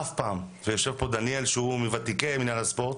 יושב פה דניאל שהוא מוותיקי מינהל הספורט.